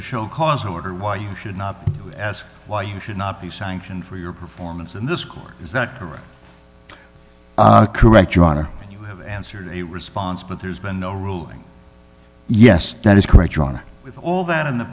a show cause order why you should not ask why you should not be sanctioned for your performance in this court is that correct correct your honor and you have answered a response but there's been no ruling yes that is correct john with all that in the